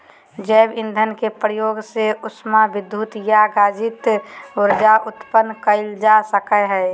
जैव ईंधन के प्रयोग से उष्मा विद्युत या गतिज ऊर्जा उत्पन्न कइल जा सकय हइ